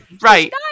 right